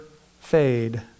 fade